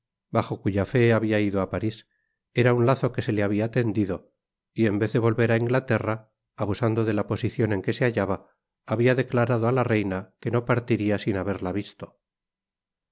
bajo cuya íé habia ido á paris era un lazo que se le habia tendido y en vez de volver á inglaterra abusando de la posicion en que se hallaba habia declarado á la reina que no partiría sin haberla visto